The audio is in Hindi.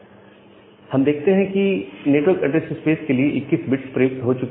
या हम देखते हैं कि नेटवर्क ऐड्रेस स्पेस के लिए 21 बिट्स प्रयुक्त हो चुके हैं